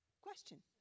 question